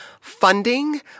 funding